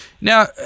Now